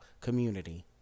community